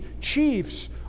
chiefs